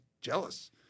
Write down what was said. jealous